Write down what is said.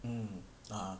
mm ah